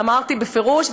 אמרתי בפירוש.